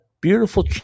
beautiful